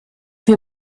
wir